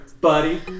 buddy